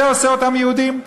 זה עושה אותם יהודים.